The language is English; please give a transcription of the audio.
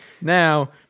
Now